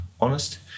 honest